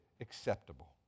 acceptable